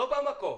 לא במקום.